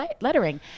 lettering